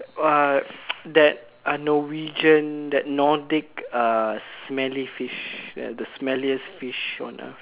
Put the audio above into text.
uh that uh Norwegian that Nordic uh smelly fish ya the smelliest fish on earth